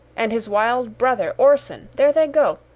and his wild brother, orson there they go!